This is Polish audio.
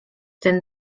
ten